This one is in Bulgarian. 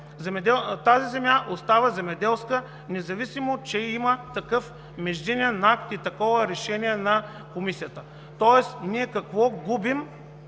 време земята остава земеделска, независимо че има такъв междинен акт и такова решение на комисията. Тоест ние какво губим